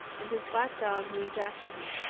and his black dog moved after him.